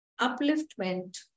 upliftment